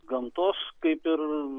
gamtos kaip ir